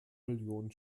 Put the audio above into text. millionen